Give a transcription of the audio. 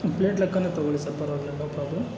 plate ಲೆಕ್ಕನೆ ತಗೊಳ್ಳಿ sir ಪರವಾಗಿಲ್ಲ ನೋ ಪ್ರಾಬ್ಲಮ್